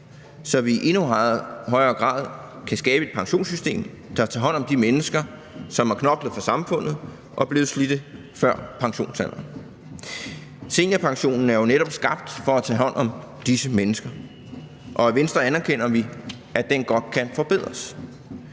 så vi i endnu højere grad kan skabe et pensionssystem, der tager hånd om de mennesker, som har knoklet for samfundet og er blevet nedslidt før pensionsalderen. Seniorpensionen er jo netop skabt for at tage hånd om disse mennesker, og i Venstre anerkender vi, at den godt kan forbedres.